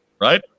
right